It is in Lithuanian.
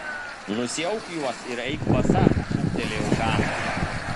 nusiauk juos ir eik basa šūktelėjau hanai